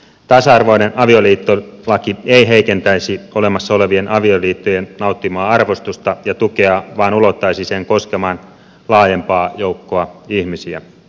tasa arvoinen avioliittolaki ei heikentäisi olemassa olevien avioliittojen nauttimaa arvostusta ja tukea vaan ulottaisi sen koskemaan laajempaa joukkoa ihmisiä